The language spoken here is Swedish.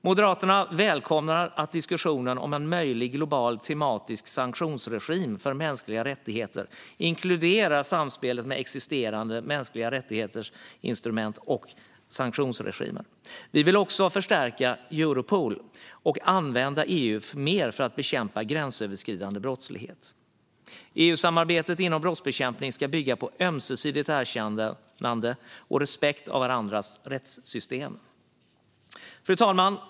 Moderaterna välkomnar att diskussionen om en möjlig global tematisk sanktionsregim för mänskliga rättigheter inkluderar samspelet med existerande instrument för mänskliga rättigheter och sanktionsregimer. Vi vill också förstärka Europol och använda EU mer för att bekämpa gränsöverskridande brottslighet. EU-samarbetet inom brottsbekämpning ska bygga på ömsesidigt erkännande och respekt för varandras rättssystem. Fru talman!